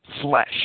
flesh